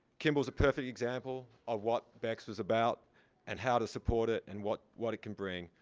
kimball is a perfect example of what bex was about and how to support it and what what it can bring.